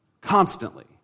constantly